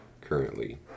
currently